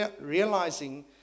realizing